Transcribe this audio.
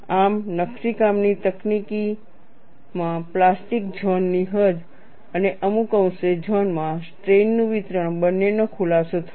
આમ નકશીકામની તકનીકમાં પ્લાસ્ટિક ઝોન ની હદ અને અમુક અંશે ઝોનમાં સ્ટ્રેઈનનું વિતરણ બંનેનો ખુલાસો થયો